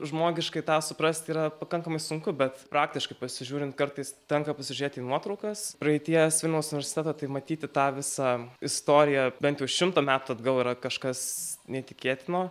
žmogiškai tą suprasti yra pakankamai sunku bet praktiškai pasižiūrint kartais tenka pasižiūrėti į nuotraukas praeities vilniaus universiteto tai matyti tą visą istoriją bent jau šimto metų atgal yra kažkas neįtikėtino